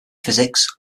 physics